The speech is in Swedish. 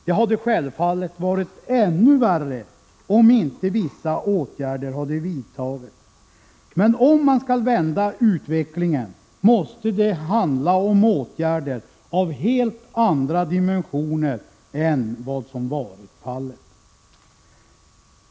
Det hade självfallet varit ännu värre om vissa åtgärder inte hade vidtagits. Om man skall vända utvecklingen måste det emellertid handla om åtgärder av helt andra dimensioner än vad som varit fallet.